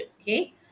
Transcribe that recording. Okay